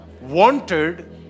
wanted